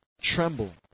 Tremble